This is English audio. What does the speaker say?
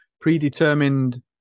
predetermined